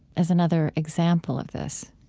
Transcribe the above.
as another example of this